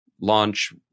launch